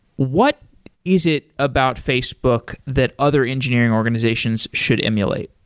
what is it about facebook that other engineering organizations should emulate?